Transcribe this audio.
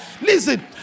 Listen